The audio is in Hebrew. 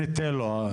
ניתן לו,